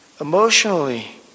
emotionally